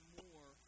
more